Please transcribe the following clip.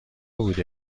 بوده